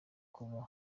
kuba